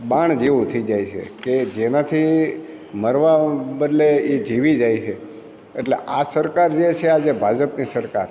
બાણ જેવું થઈ જાય છે કે જેનાથી મરવા બદલે એ જીવી જાય છે એટલે આ સરકાર જે છે આજે ભાજપની સરકાર